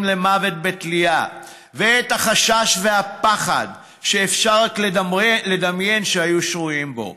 למוות בתלייה ואת החשש והפחד שאפשר רק לדמיין שהיו שרויים בו